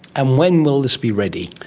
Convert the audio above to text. and when will this be ready?